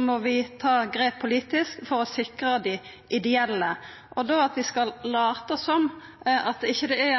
må vi ta grep politisk for å sikra dei ideelle. Skal vi da lata som om det ikkje er